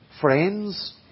friends